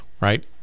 right